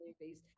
movies